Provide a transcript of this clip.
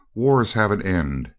wars have an end,